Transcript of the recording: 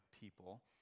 people